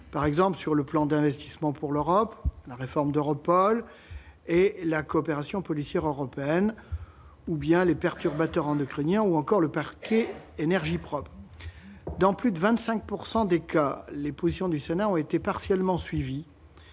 par exemple sur le plan d'investissement pour l'Europe, sur la réforme d'EUROPOL, sur la coopération policière européenne, sur les perturbateurs endocriniens ou sur le « paquet énergie propre ». Dans plus de 25 % des cas, les positions du Sénat ont été partiellement suivies,